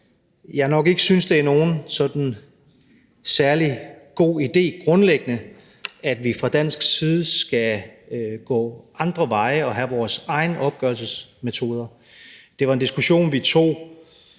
jeg nok ikke synes, det sådan grundlæggende er nogen særlig god idé, at vi fra dansk side skal gå andre veje og have vores egne opgørelsesmetoder. Det var en diskussion, vi tog